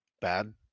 bad